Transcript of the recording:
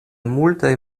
multaj